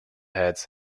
heads